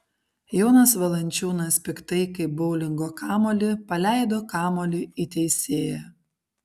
jonas valančiūnas piktai kaip boulingo kamuolį paleido kamuolį į teisėją